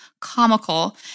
comical